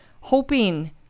hoping